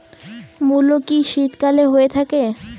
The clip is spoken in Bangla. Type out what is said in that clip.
মূলো কি শীতকালে হয়ে থাকে?